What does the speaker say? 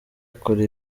akora